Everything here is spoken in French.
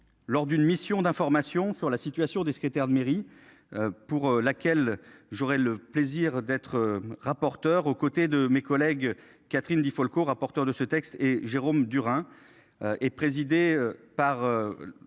lors d'une mission d'information sur la situation des secrétaires de mairie. Pour laquelle j'aurai le plaisir d'être rapporteur aux côtés de mes collègues, Catherine Di Folco, rapporteur de ce texte et Jérôme Durain. Et présidée par.